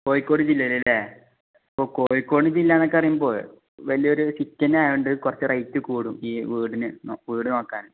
കോഴിക്കോട് ജില്ലയിൽ അല്ലേ അപ്പോൾ കോഴിക്കോട് ജില്ല എന്നൊക്കെ പറയുമ്പോൾ വലിയ ഒരു സിറ്റിയെന്ന ആയത് കൊണ്ട് കുറച്ച് റേറ്റ് കൂടും ഈ വീടിന് വീട് നോക്കാൻ